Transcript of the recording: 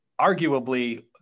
arguably